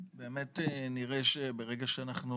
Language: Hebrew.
באמת נראה שברגע שאנחנו